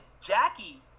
Jackie